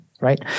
right